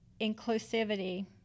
inclusivity